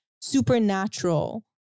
supernatural